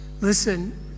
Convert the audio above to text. Listen